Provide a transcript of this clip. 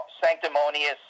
sanctimonious